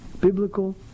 biblical